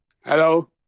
Hello